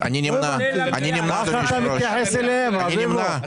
יבוא " לבעל רישיון השייך לחברת האם או